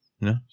no